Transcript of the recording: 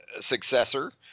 successor